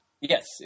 Yes